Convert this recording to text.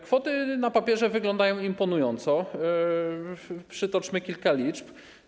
Kwoty na papierze wyglądają imponująco, przytoczmy kilka liczb.